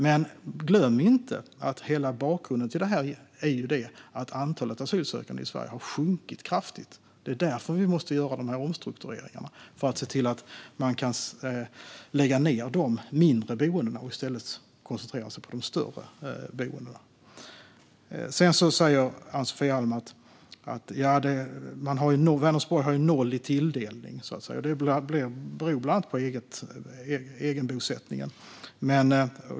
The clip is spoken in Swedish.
Men glöm inte att hela bakgrunden är att antalet asylsökande i Sverige har sjunkit kraftigt. Det är därför omstruktureringarna måste göras så att de mindre boendena läggs ned och en koncentration sker på de större boendena. Sedan säger Ann-Sofie Alm att Vänersborg har noll i tilldelning. Det beror bland annat på egenbosättningen.